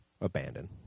abandoned